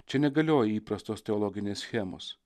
čia negalioja įprastos teologinės schemos